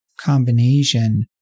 combination